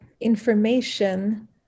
information